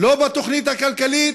לא בתוכנית הכלכלית,